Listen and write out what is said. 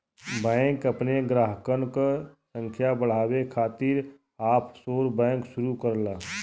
bank अपने ग्राहकन क संख्या बढ़ावे खातिर ऑफशोर बैंक शुरू करला